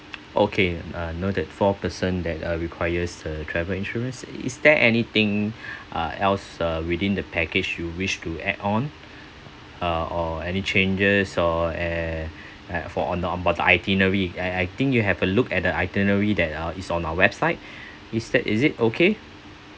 okay uh noted four person that uh requires a travel insurance is there anything uh else uh within the package you wish to add on uh or any changes or err uh for on the about the itinerary I I think you have a look at the itinerary that uh is on our website is that is it okay